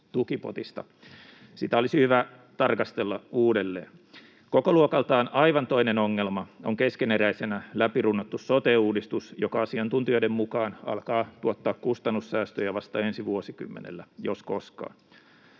Sitä olisi hyvä tarkastella uudelleen. Kokoluokaltaan aivan toinen ongelma on keskeneräisenä läpi runnottu sote-uudistus, joka asiantuntijoiden mukaan alkaa tuottaa kustannussäästöjä vasta ensi vuosikymmenellä, jos koskaan.